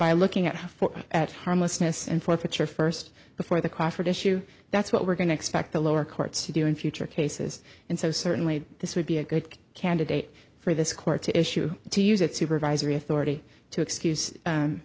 by looking at how for at harmlessness and forfeiture first before the crawford issue that's what we're going to expect the lower courts to do in future cases and so certainly this would be a good candidate for this court to issue to use its supervisory authority to excuse